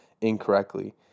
incorrectly